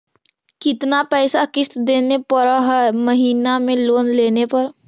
कितना पैसा किस्त देने पड़ है महीना में लोन लेने पर?